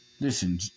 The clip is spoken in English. listen